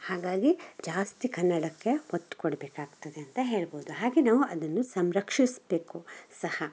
ಹಾಗಾಗಿ ಜಾಸ್ತಿ ಕನ್ನಡಕ್ಕೆ ಒತ್ತು ಕೊಡಬೇಕಾಗ್ತದೆ ಅಂತ ಹೇಳ್ಬೋದು ಹಾಗೆ ನಾವು ಅದನ್ನು ಸಂರಕ್ಷಿಸಬೇಕು ಸಹ